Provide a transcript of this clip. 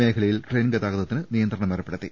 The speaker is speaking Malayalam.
മേഖലയിൽ ട്രെയിൻ ഗതാഗതത്തിന് നിയന്ത്രണം ഏർപ്പെടുത്തി